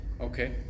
Okay